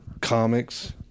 comics